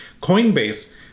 Coinbase